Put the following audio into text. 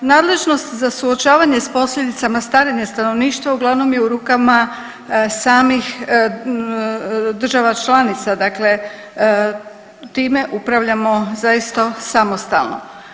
Nadležnost za suočavanje s posljedicama starenja stanovništva uglavnom je u rukama samih država članica, dakle time upravljamo zaista samostalno.